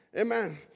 Amen